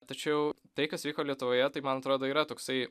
tačiau tai kas vyko lietuvoje tai man atrodo yra toksai